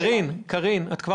קרין, כמה